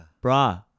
Bra